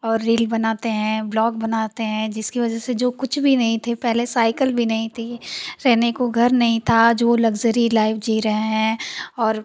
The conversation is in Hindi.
और रील बनाते हैं ब्लॉग़ बनाते हैं जिसकी वज़ह से जो कुछ भी नहीं थे पहले साइकिल भी नहीं थी रहने को घर नहीं था आज वह लग्ज़री लाइफ़ जी रहे हैं और